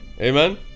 Amen